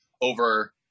over